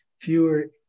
fewer